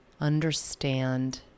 understand